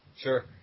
Sure